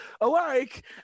alike